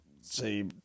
say